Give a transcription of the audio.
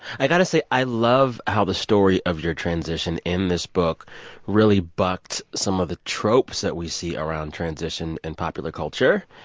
i got to say, i love how the story of your transition in this book really bucked some of the tropes that we see around transition in popular culture.